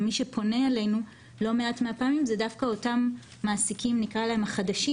מי שפונה אלינו לא מעט מהפעמים זה דווקא אותם מעסיקים חדשים